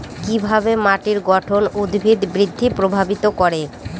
কিভাবে মাটির গঠন উদ্ভিদ বৃদ্ধি প্রভাবিত করে?